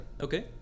Okay